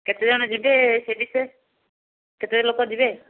କେତେ ଜଣ ଯିବେ ସେ ବିଷୟ କେତେ ଲୋକ ଯିବେ